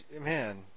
man